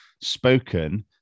spoken